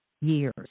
years